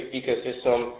ecosystem